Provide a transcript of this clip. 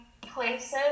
places